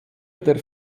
der